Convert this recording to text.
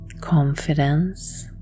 confidence